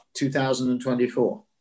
2024